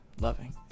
loving